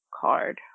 card